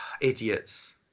Idiots